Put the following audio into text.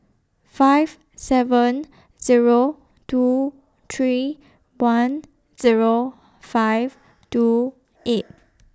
five seven Zero two three one Zero five two eight